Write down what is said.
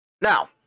Now